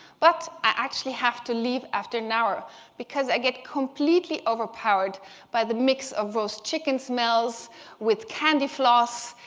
but i actually have to leave after an hour because i get completely overpowered by the mix of roast chicken smells with candy floss,